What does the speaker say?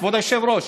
כבוד היושב-ראש.